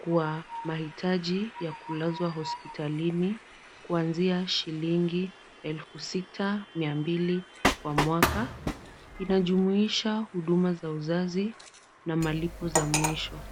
kwa mahitaji ya kulazwa hospitalini kuanzia shilingi elfu sita mia mbili kwa mwaka. Inajumuisha huduma za uzazi, na malipo za mwisho.